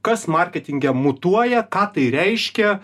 kas marketinge mutuoja ką tai reiškia